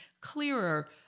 clearer